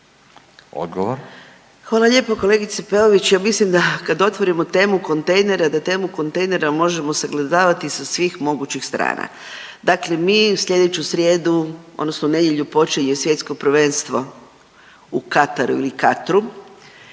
(GLAS)** Hvala lijepo kolegice Peović, ja mislim da kad otvorimo temu kontejnera da temu kontejnera možemo sagledavati sa svih mogućih strana. Dakle, mi slijedeću srijedu, odnosno nedjelju počinje Svjetsko prvenstvo u Kataru ili Katru